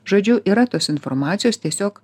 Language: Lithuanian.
žodžiu yra tos informacijos tiesiog